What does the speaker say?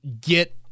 get